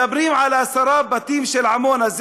מדברים על עשרת הבתים של עמונה.